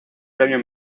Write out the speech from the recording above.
premio